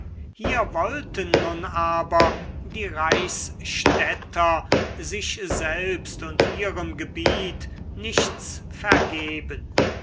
hier wollten nun aber die reichsstädter sich selbst und ihrem gebiet nichts vergeben